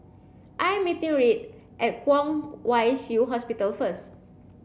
I am meeting Reid at Kwong Wai Shiu Hospital first